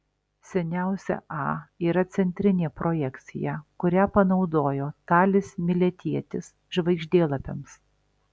seniausia a yra centrinė projekcija kurią panaudojo talis miletietis žvaigždėlapiams